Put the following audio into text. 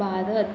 Bharat